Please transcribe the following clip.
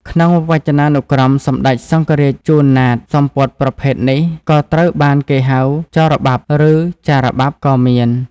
ក្នុងវចនានុក្រមសម្ដេចសង្ឃរាជ ជួន ណាត សំពត់ប្រភេទនេះ ក៏ត្រូវបានគេហៅចរបាប់ ឬចារបាប់ ក៏មាន។